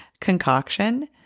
concoction